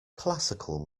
classical